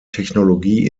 technologie